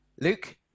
Luke